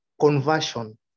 conversion